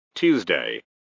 Tuesday